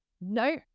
no